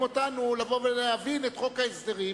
אותנו לבוא ולהבין את חוק ההסדרים,